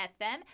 FM